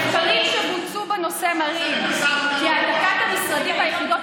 מחקרים שבוצעו בנושא מראים כי העתקת המשרדים והיחידות